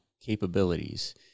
capabilities